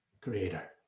creator